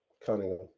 Cunningham